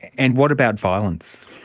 and what about violence?